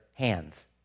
hands